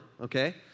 okay